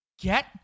Get